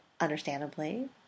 understandably